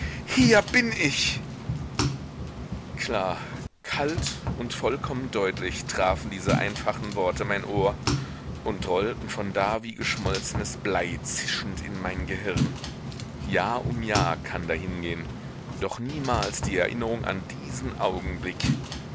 hier bin ich klar kalt und vollkommen deutlich trafen diese einfachen worte mein ohr und rollten von da wie geschmolzenes blei zischend in mein gehirn jahr um jahr kann dahingehen doch niemals die erinnerung an diesen augenblick